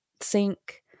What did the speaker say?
sink